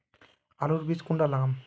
आलूर बीज कुंडा लगाम?